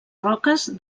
roques